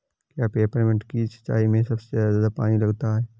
क्या पेपरमिंट की सिंचाई में सबसे ज्यादा पानी लगता है?